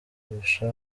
kurusha